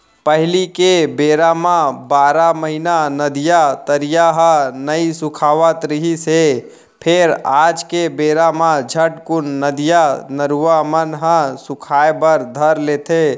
पहिली के बेरा म बारह महिना नदिया, तरिया ह नइ सुखावत रिहिस हे फेर आज के बेरा म झटकून नदिया, नरूवा मन ह सुखाय बर धर लेथे